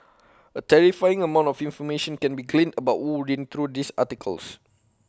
A terrifying amount of information can be gleaned about wu reading through these articles